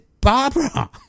Barbara